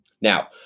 Now